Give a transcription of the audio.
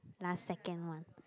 last second one